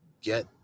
get